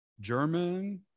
German